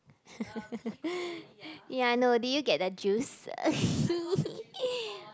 ya I know did you get the juice